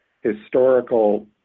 historical